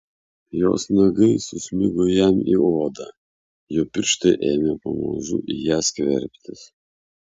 jos nagai susmigo jam į odą jo pirštai ėmė pamažu į ją skverbtis